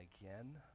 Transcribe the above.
again